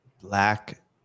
black